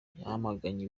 yamaganye